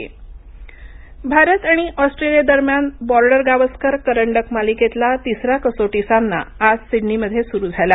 cricket Bharat आणि Australia दरम्यान Border Gavaskar करंडक मालिकेतला तिसरा कसोटी सामना आज सिडनीमध्ये सुरू झाला